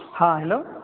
हँ हेलो